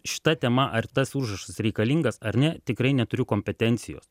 šita tema ar tas užrašas reikalingas ar ne tikrai neturiu kompetencijos